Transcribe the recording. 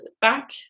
back